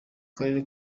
karere